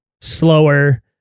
slower